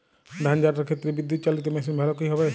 ধান ঝারার ক্ষেত্রে বিদুৎচালীত মেশিন ভালো কি হবে?